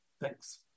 thanks